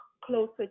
closer